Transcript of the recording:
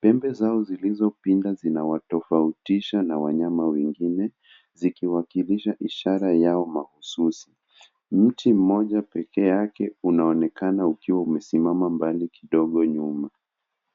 Pembe zao zilizopinda zinawatofautisha na wanyama wengine, zikiwakilisha ishara yao mahususi. Mti moja pekee yake unaonekana ukiwa umesimama mbali kidogo nyuma.